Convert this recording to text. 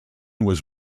was